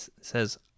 says